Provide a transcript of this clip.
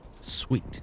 Sweet